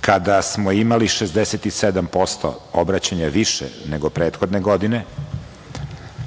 kada smo imali 67% obraćanja više nego prethodne godine,